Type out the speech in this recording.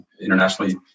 internationally